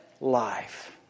life